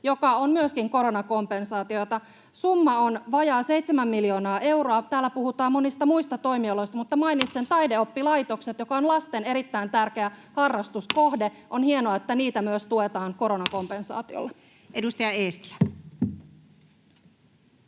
joka on myöskin koronakompensaatiota. Summa on vajaa 7 miljoonaa euroa. Täällä puhutaan monista muista toimialoista, mutta mainitsen taideoppilaitokset, joka on lasten erittäin tärkeä harrastuskohde. On hienoa, että niitä myös tuetaan koronakompensaatiolla. [Speech